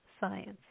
science